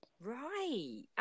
right